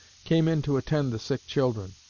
came in to attend the sick children.